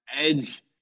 Edge